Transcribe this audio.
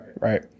right